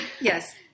Yes